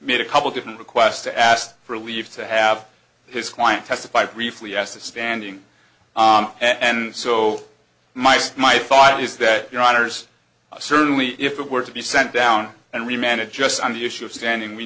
made a couple different requests to ask for leave to have his client testify briefly as to standing and so mice my thought is that your honors certainly if it were to be sent down and we manage just on the issue of standing we